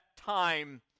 time